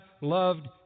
loved